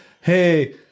hey